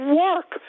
work